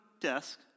desk